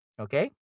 okay